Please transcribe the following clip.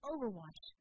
Overwatch